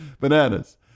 Bananas